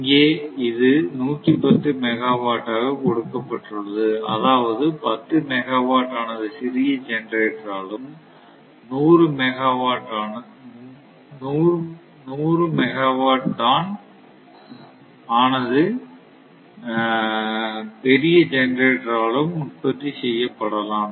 இங்கே இது 110 மெகாவாட் டாக கொடுக்கப்பட்டுள்ளது அதாவது 10 மெகாவாட் ஆனது சிறிய ஜெனரேட்டராலும் 100 மெகாவாட் தான் அது பெரிய ஜெனரேட்டராலும் உற்பத்தி செய்யப்படலாம்